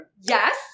Yes